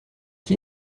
qui